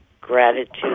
Gratitude